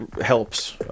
helps